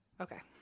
Okay